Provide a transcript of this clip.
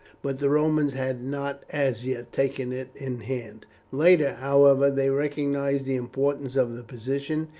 but the romans had not as yet taken it in hand later, however, they recognized the importance of the position,